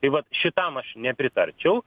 va šitam aš nepritarčiau